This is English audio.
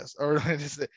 Yes